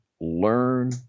learn